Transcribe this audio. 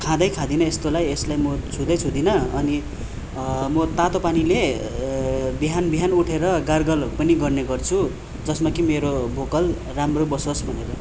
खाँदै खाँदिनँ यस्तोलाई यसलाई म छुँदै छुँदिनँ अनि म तातो पानीले बिहान बिहान उठेर गार्गलहरू पनि गर्ने गर्छु जसमा कि मेरो भोकल राम्रो बसोस् भनेर